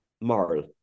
moral